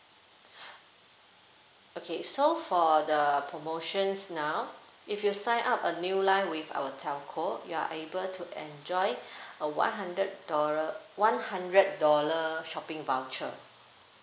okay so for the promotions now if you sign up a new line with our telco you are able to enjoy a one hundred dollar one hundred dollar shopping voucher